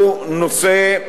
הוא נושא,